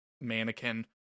mannequin